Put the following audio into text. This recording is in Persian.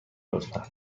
لطفا